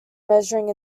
measuring